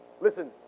Listen